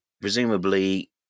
presumably